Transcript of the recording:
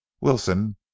Wilson